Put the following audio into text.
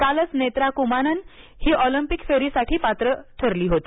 कालच नेत्रा कुमानन ही ऑलिम्पिकसाठी पात्र ठरली होती